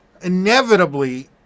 Inevitably